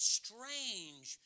strange